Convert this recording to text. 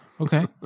okay